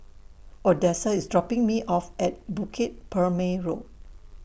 Odessa IS dropping Me off At Bukit Purmei Road